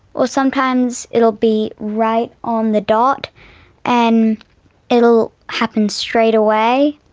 or sometimes it'll be right on the dot and it'll happen straight away.